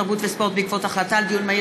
התרבות והספורט בעקבות דיון מהיר